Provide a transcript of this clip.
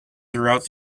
throughout